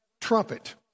trumpet